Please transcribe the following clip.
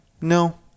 No